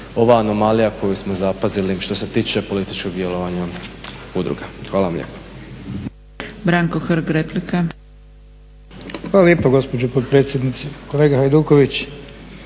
ova anomalija koju smo zapazili što se tiče političkog djelovanja udruga. Hvala vam lijepo.